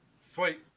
Sweet